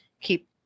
keep